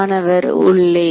மாணவர் உள்ளே